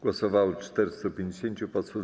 Głosowało 450 posłów.